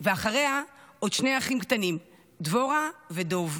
ואחריה, עוד שני אחים קטנים, דבורה ודב.